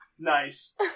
Nice